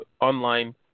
online